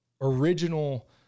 original